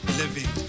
living